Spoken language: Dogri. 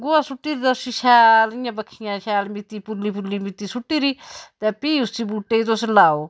गोहा सुट्टी'र ते उसी शैल इ'यां बखियां'र शैल इ'यां मित्ती पुल्ली पुल्ली मित्ती सुट्टी री ते फ्ही उसी बूह्टे गी तुस लाओ